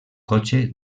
cotxe